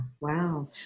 Wow